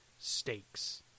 stakes